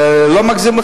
ואני לא מגזים,